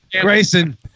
Grayson